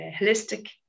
holistic